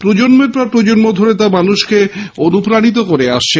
প্রজন্মের পর প্রজন্ম ধরে তা মানুষকে অনুপ্রানিত করে আসছে